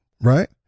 right